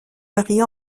varie